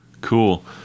Cool